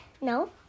No